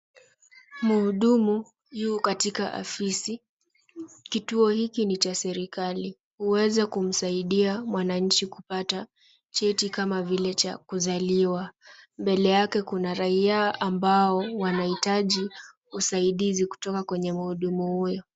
Muhudumu yu katika afisi. Kituo hiki ni cha serikali kuweza kumasaidia mwananchi kupata cheti kama vile cha kuzaliwa. Mbele yake kuna raia ambao wanahitaji usaidizi kutoka kwenye muhudumu huyo.